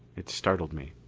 it startled me.